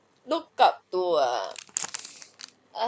look up to err